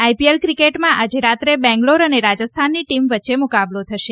IPL ક્રિકેટમાં આજે રાત્રે બેંગલોર અને રાજસ્થાનની ટીમ વચ્ચે મુકાબલો થશે